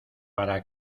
para